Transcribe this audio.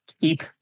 keep